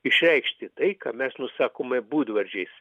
išreikšti tai ką mes nusakome būdvardžiais